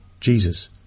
Jesus